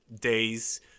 days